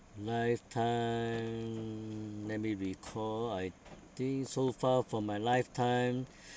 lifetime let me recall I think so far for my lifetime